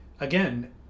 again